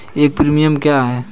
एक प्रीमियम क्या है?